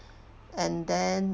and then